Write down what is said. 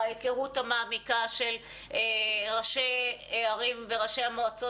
ההכרות המעמיקה של ראשי הערים וראשי המועצות